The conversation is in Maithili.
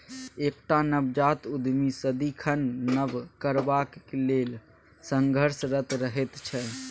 एकटा नवजात उद्यमी सदिखन नब करबाक लेल संघर्षरत रहैत छै